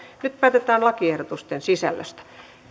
nyt päätetään lakiehdotusten sisällöstä